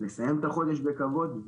לסיים את החודש בכבוד,